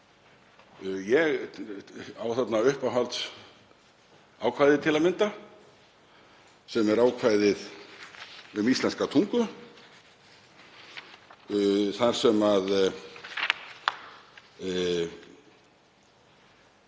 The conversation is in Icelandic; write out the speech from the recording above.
Ég á þar uppáhaldsákvæði til að mynda, sem er ákvæðið um íslenska tungu þar sem